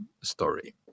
story